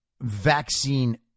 vaccine